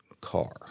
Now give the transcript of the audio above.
car